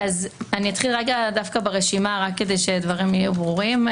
אתחיל דווקא ברשימה כדי שהדברים יהיו ברורים.